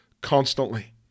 constantly